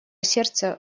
сердце